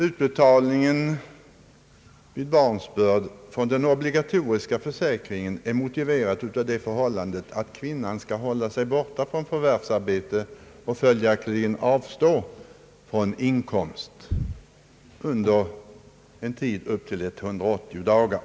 Utbetalningen vid barnsbörd från den obligatoriska försäkringen är motiverad av att kvinnan skall hålla sig borta från förvärvsarbete och följaktligen avstå från inkomst under en tid av upp till 180 dagar.